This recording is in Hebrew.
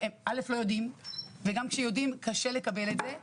הם לא יודעים וגם כשיודעים קשה לקבל את זה.